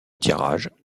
tirage